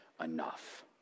enough